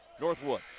Northwood